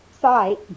site